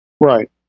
Right